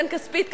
בן כספית,